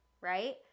right